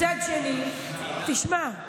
מצד שני, תשמע,